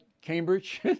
Cambridge